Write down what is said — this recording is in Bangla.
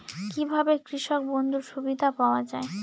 কি ভাবে কৃষক বন্ধুর সুবিধা পাওয়া য়ায়?